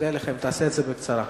תעשה את זה בקצרה.